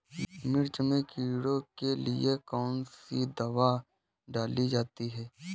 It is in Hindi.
मिर्च में कीड़ों के लिए कौनसी दावा डाली जाती है?